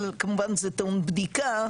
אבל כמובן זה טעון בדיקה,